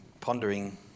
pondering